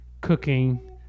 cooking